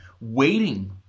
waiting